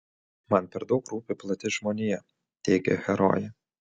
man per daug rūpi plati žmonija teigia herojė